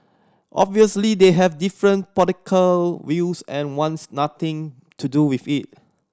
obviously they have different political views and wants nothing to do with it